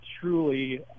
truly